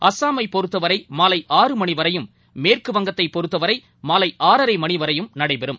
அஸ்ஸாமைபொறுத்தவரைமாலை த மணிவரையும் மேற்குவங்கத்தைபொறுத்தவரைமாலைஆறரைமணிவரையும் நடைபெறும்